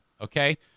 okay